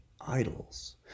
idols